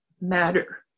Matter